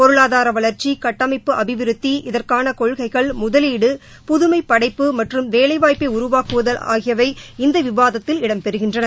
பொருளாதார வளர்ச்சி கட்டமைப்பு அபிவிருத்தி இதற்கான கொள்கைகள் முதலீடு புதுமை படைப்பு மற்றும் வேலைவாய்ப்பை உருவாக்குதல் ஆகியவை இந்த விவாதத்தில் இடம் பெறுகின்றன